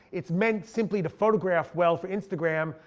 it's meant simply to photograph well for instagram.